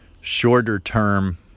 shorter-term